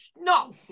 no